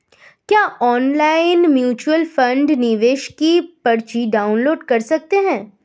क्या online mutual fund निवेश की पर्ची डाउनलोड कर सकते हैं?